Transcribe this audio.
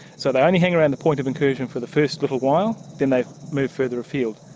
so they only hang around the point of incursion for the first little while, then they move further afield.